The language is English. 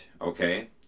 okay